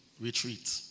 retreat